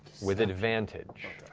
with advantage.